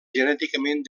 genèticament